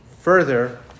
Further